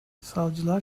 savcılar